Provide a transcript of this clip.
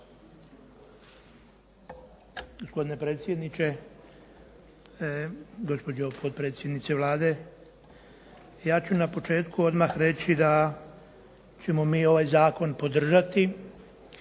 Gospodine predsjedniče, gospođo potpredsjednice Vlade. Ja ću na početku odmah reći da ćemo mi ovaj zakon podržati